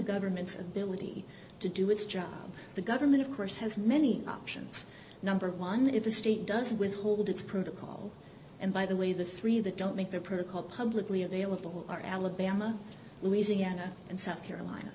government's ability to do its job the government of course has many options number one if the state doesn't withhold its protocol and by the way the three that don't make their protocol publicly available are alabama louisiana and south carolina